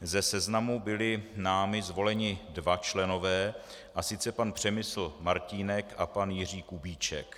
Ze seznamu byli námi zvoleni dva členové, a sice pan Přemysl Martínek a pan Jiří Kubíček.